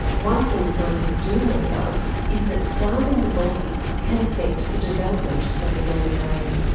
one thing scientists do know though is that starving the body can affect the development of the young brain.